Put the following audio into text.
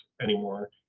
anymore